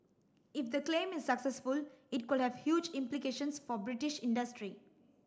if the claim is successful it could have huge implications for British industry